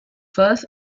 first